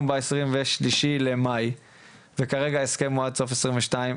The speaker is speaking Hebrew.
ב-23 במאי וכרגע ההסכם הוא עד סוף 2022,